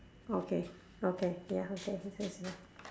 okay okay ya okay you close lor